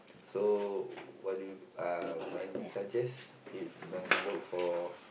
so what do you uh when you suggest if you want to work for